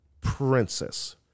Princess